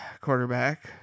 quarterback